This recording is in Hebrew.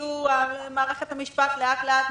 מערכת המשפט לאט-לאט,